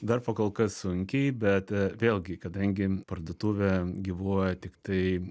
dar pakolkas sunkiai bet vėlgi kadangi parduotuvė gyvuoja tiktai